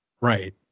right